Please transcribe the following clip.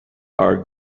are